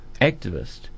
activist